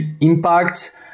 impact